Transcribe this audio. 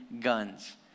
guns